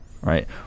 right